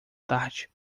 tarde